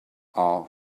are